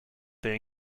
they